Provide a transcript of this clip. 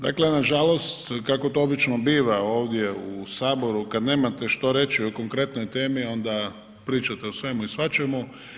Dakle nažalost, kako to obično biva ovdje u Saboru kada nemate što reći o konkretnoj temi onda pričate o svemu i svačemu.